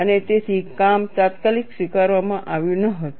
અને તેથી કામ તાત્કાલિક સ્વીકારવામાં આવ્યું ન હતું